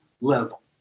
level